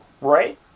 Right